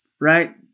right